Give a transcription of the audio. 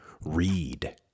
read